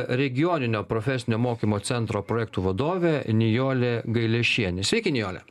regioninio profesinio mokymo centro projektų vadovė nijolė gailešienė sveiki nijole